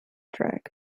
drag